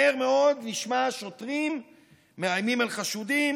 מהר מאוד נשמע שוטרים מאיימים על חשודים,